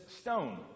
stone